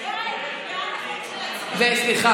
ולכן אני מוסיפה את שרן השכל.